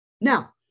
Now